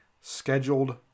scheduled